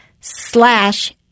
slash